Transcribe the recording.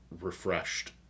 refreshed